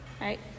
Right